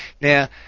Now